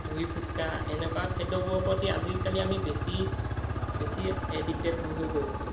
দহি ফুচকা এনেকুৱা খাদ্যবোৰৰ প্ৰতি আজিকালি আমি বেছি বেছি এডিক্টেড হৈ হৈ গৈ আছোঁ